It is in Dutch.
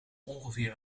ongeveer